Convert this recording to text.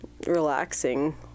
relaxing